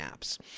apps